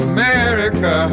America